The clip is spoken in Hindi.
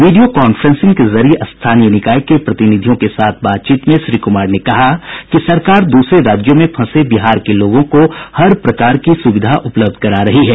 वीडियो कांफ्रेंसिंग के जरिये स्थानीय निकाय के प्रतिनिधियों के साथ बातचीत में श्री कुमार ने कहा कि सरकार द्रसरे राज्यों में फंसे बिहार के लोगों को हर प्रकार की सुविधा उपलब्ध करा रही है